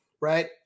right